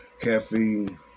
Caffeine